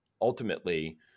Ultimately